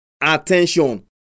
attention